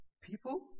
people